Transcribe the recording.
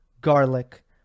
garlic